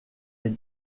est